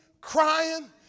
crying